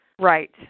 Right